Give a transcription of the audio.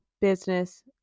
business